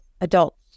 adults